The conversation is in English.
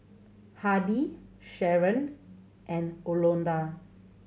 Hardie Sharen and